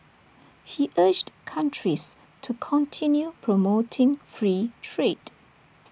he urged countries to continue promoting free trade